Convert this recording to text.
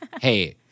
hey